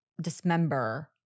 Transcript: dismember